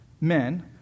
men